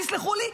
תסלחו לי,